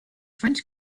french